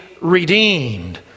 redeemed